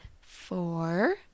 four